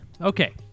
okay